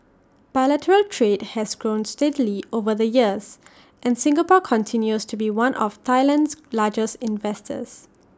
bilateral trade has grown steadily over the years and Singapore continues to be one of Thailand's largest investors